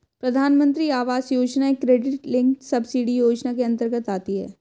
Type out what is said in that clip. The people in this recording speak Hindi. प्रधानमंत्री आवास योजना एक क्रेडिट लिंक्ड सब्सिडी योजना के अंतर्गत आती है